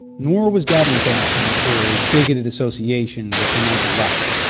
nor was gavin banned for a bigoted association with unite the right,